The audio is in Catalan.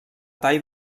tall